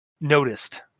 noticed